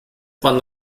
bahn